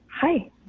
Hi